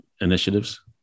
initiatives